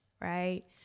Right